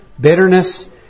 bitterness